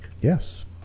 Yes